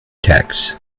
texts